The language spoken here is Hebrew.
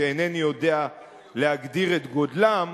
שאינני יודע להגדיר את גודלם,